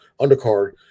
undercard